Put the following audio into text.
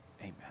amen